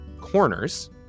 corners